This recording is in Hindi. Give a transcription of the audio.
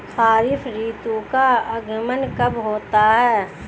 खरीफ ऋतु का आगमन कब होता है?